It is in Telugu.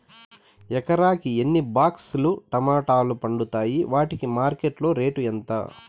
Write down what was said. ఎకరాకి ఎన్ని బాక్స్ లు టమోటాలు పండుతాయి వాటికి మార్కెట్లో రేటు ఎంత?